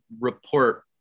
report